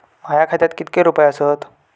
माझ्या खात्यात कितके रुपये आसत?